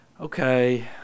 Okay